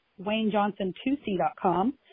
waynejohnson2c.com